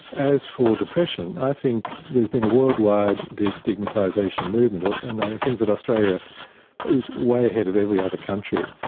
as for depression, i think there's been a worldwide de-stigmatisation movement, and i think that australia is way ahead of every other country,